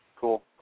Cool